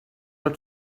our